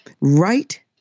right